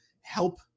help